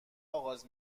آغاز